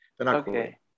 Okay